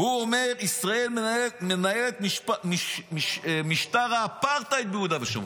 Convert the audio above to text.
שאומר: ישראל מנהלת משטר אפרטהייד ביהודה ושומרון.